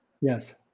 Yes